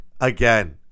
again